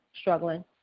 struggling